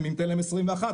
ניתן להם 21,